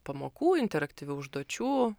pamokų interaktyvių užduočių